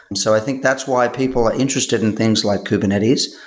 so i think that's why people are interested in things like kubernetes,